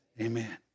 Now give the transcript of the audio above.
Amen